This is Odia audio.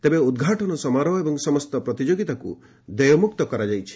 ତେବେ ଉଦ୍ଘାଟନ ସମାରୋହ ଏବଂ ସମସ୍ତ ପ୍ରତିଯୋଗୀତାକୁ ଦେୟମୁକ୍ତ କରାଯାଇଛି